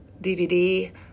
DVD